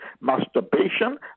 masturbation